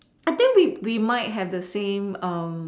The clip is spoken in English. I think we we might have the same um